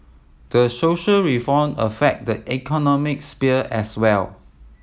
the social reform affect the economic sphere as well